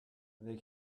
they